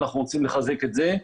אנחנו רוצים לחזק את זה.